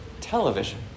television